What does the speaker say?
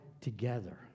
together